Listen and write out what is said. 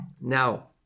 Now